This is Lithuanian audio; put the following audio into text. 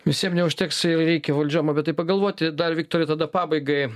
visiem neužteks reikia valdžiom apie tai pagalvoti dar viktorai tada pabaigai